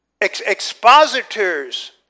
expositors